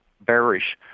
bearish